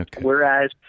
Whereas